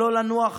שלא לנוח